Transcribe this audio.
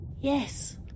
Yes